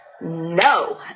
no